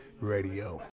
Radio